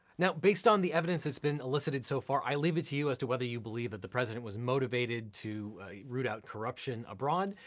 now based on the evidence that's been elicited so far, i leave it to you as to whether you believe that the president was motivated to root out corruption abroad,